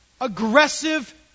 Aggressive